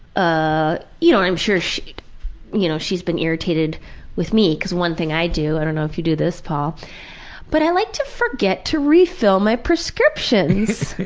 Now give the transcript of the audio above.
ah you know i'm sure she's you know she's been irritated with me cause one thing i do, i don't know if you do this, paul but i like to forget to refill my prescriptions!